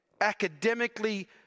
academically